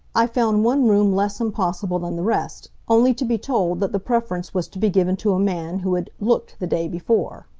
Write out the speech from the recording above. i found one room less impossible than the rest, only to be told that the preference was to be given to a man who had looked the day before.